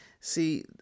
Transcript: See